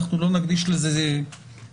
אנחנו לא נקדיש לזה זמן,